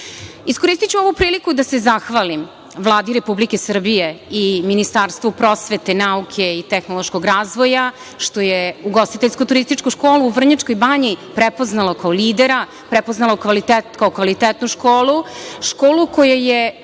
društva. Iskoristiću ovu priliku da se zahvalim Vladi Republike Srbije i Ministarstvu prosvete, nauke i tehnološkog razvoja što je Ugostiteljsko-turističku školu u Vrnjačkoj Banji prepoznalo kao lidera, prepoznalo kao kvalitetnu školu, školu koja je